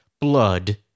Blood